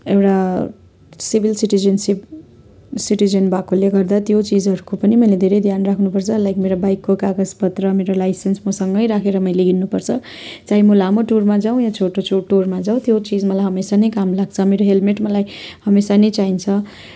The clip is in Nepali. एउटा सिविल सिटिजेनसिप सिटिजन भएकोले गर्दा त्यो चिजहरूको पनि मैले धेरै ध्यान राख्नुपर्छ लाइक मेरो बाइकको कागजपत्र मेरो लाइसेन्स मसँगै राखेर मैले हिँड्नुपर्छ चाहे म लामो टुरमा जाऊँ या छोटो छोटो टुरमा जाऊँ त्यो चिज मलाई हमेसा नै काम लाग्छ मेरो हेल्मेट मलाई हमेसा नै चाहिन्छ